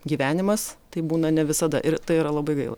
gyvenimas taip būna ne visada ir tai yra labai gaila